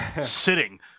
sitting